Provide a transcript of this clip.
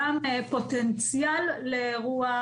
גם פוטנציאל לאירוע,